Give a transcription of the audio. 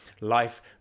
life